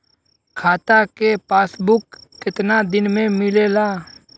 खाता के पासबुक कितना दिन में मिलेला?